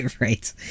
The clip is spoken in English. Right